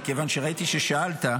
מכיוון שראיתי ששאלת.